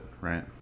right